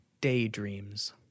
Daydreams